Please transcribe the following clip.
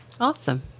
Awesome